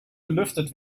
belüftet